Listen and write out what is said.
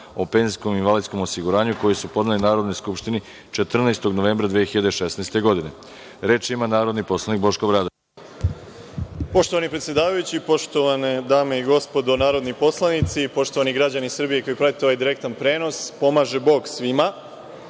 o penzijskom i invalidskom osiguranju, koji su podneli Narodnoj skupštini 14. novembra 2016. godine. Reč ima narodni poslanik Boško Obradović. **Boško Obradović** Poštovani predsedavajući, poštovane dame i gospodo narodni poslanici, poštovani građani Srbije koji prate ovaj direktan prenos, pomaže Bog svima. Naime,